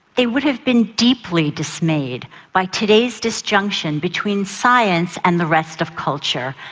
they would have been deeply dismayed by today's disjunction between science and the rest of culture.